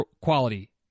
quality